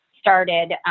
started